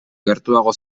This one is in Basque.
gertuago